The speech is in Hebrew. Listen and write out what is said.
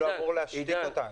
זה מספר שאמור להשתיק אותנו.